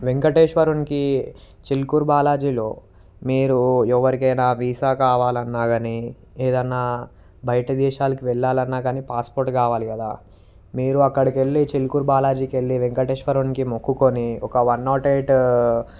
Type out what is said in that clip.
వెంకటేశ్వరునికి చిలుకూరు బాలాజీలో మీరు ఎవరికైనా వీసా కావాలన్నా కాని ఏదన్నా బయట దేశాలకు వెళ్ళాలన్న కానీ పాస్పోర్ట్ కావాలి కదా మీరు అక్కడికి వెళ్ళి చిలుకూరు బాలాజీకి వెళ్ళి వెంకటేశ్వరునికి మొక్కుకొని ఒక వన్ నాట్ ఎయిట్